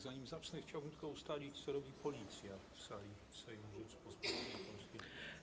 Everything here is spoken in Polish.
Zanim zacznę, chciałbym tylko ustalić, co robi Policja w sali Sejmu Rzeczypospolitej Polskiej.